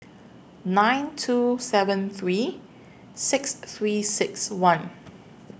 nine two seven three six three six one